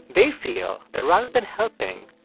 they feel that rather than helping,